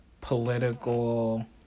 political